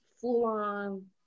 full-on